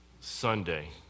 Sunday